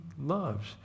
loves